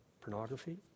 pornography